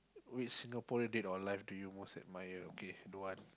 which Singaporean dead or alive do you most admire okay don't want